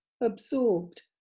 absorbed